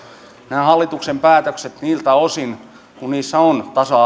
nämä hallituksen päätökset niiltä osin kuin niissä on tasa